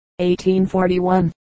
1841